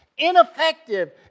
ineffective